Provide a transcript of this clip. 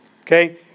Okay